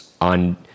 on